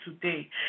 today